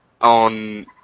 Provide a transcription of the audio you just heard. on